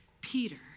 Peter